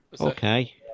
Okay